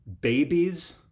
babies